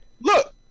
Look